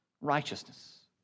righteousness